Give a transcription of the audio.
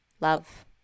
love